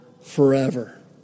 forever